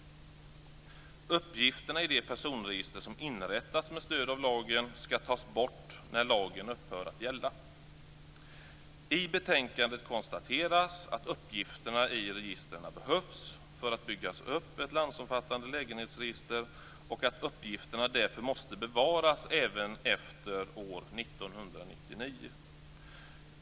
Uppgifterna i det personregister som inrättats med stöd av lagen ska tas bort när lagen upphör att gälla. I betänkandet konstateras att uppgifterna i registren behövs för att bygga upp ett landsomfattande lägenhetsregister och att uppgifterna därför måste bevaras även efter år 1999.